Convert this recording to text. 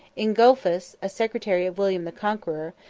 ingulphus, a secretary of william the conqueror,